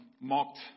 mocked